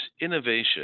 innovation